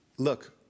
Look